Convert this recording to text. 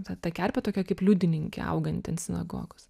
kad ta kerpė tokia kaip liudininkė auganti ant sinagogos